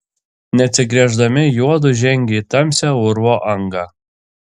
neatsigręždami juodu žengė į tamsią urvo angą